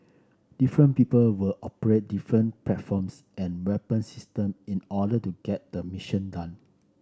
different people will operate different platforms and weapon system in order to get the mission done